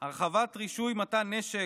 הרחבת רישוי מתן נשק,